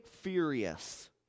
furious